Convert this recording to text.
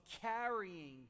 carrying